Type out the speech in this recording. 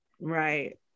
Right